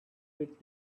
with